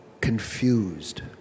confused